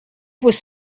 was